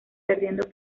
perdiendo